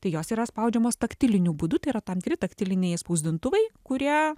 tai jos yra spaudžiamos taktiliniu būdu tai yra tam tikri taktiliniai spausdintuvai kurie